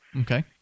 Okay